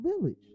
village